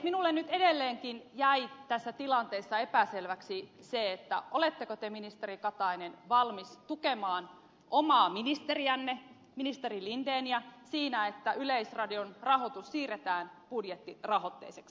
minulle nyt edelleenkin jäi tässä tilanteessa epäselväksi se oletteko te ministeri katainen valmis tukemaan omaa ministeriänne ministeri lindeniä siinä että yleisradion rahoitus siirretään budjettirahoitteiseksi